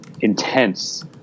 intense